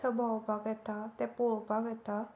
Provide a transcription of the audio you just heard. थंय भोंवपाक येता तें पळोवपाक येता